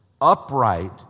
upright